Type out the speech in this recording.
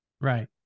Right